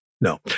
no